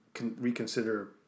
reconsider